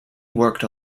worked